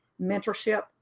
mentorship